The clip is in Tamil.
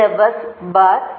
இது பஸ் பாா்